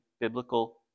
biblical